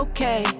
Okay